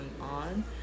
on